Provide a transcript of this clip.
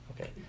okay